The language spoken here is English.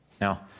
Now